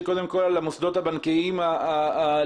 קודם כל על המוסדות הבנקאיים הלגיטימיים.